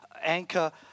anchor